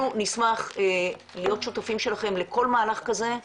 נשמח להיות שותפים שלכם לכל מהלך כזה.